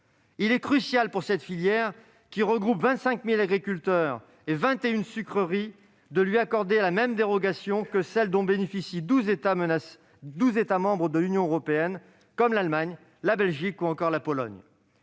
Il est crucial pour cette filière, qui regroupe 25 000 agriculteurs et vingt et une sucreries, qu'elle obtienne la même dérogation que celle dont bénéficient déjà douze États membres de l'Union européenne, comme l'Allemagne, la Belgique, ou encore la Pologne.